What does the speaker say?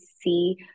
see